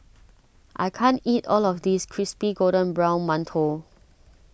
I can't eat all of this Crispy Golden Brown Mantou